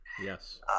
Yes